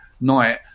night